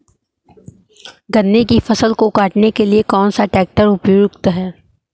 गन्ने की फसल को काटने के लिए कौन सा ट्रैक्टर उपयुक्त है?